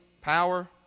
power